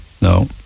no